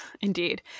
Indeed